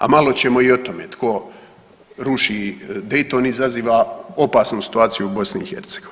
A malo ćemo i o tome tko ruši Dejton izaziva opasnu situaciju u BiH.